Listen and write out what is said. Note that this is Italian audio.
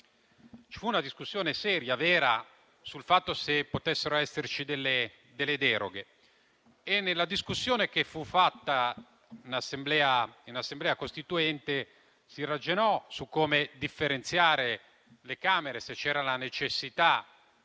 ci fu una discussione seria e vera sul fatto se potessero esserci delle deroghe. Nella discussione che fu fatta in Assemblea costituente si ragionò su come differenziare le Camere, se c'era la necessità